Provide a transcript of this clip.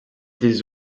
des